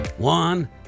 One